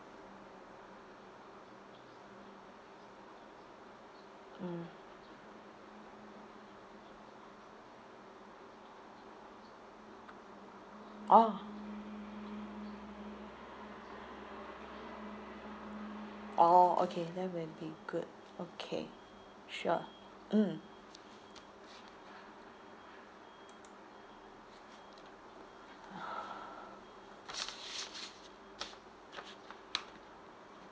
mm oh oh okay that will be good okay sure mm